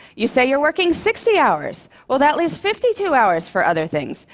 you say you're working sixty hours. well, that leaves fifty two hours for other things.